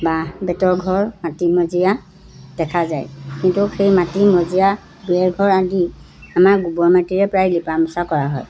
বাঁহ বেতৰ ঘৰ মাটি মজিয়া দেখা যায় কিন্তু সেই মাটি মজিয়া দুই এঘৰ আদি আমাৰ গোবৰ মাটিৰে প্ৰায় লিপা মুচা কৰা হয়